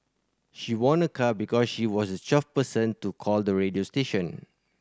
she won a car because she was twelfth person to call the radio station